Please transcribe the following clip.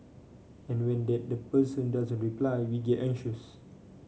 and when that the person doesn't reply we get anxious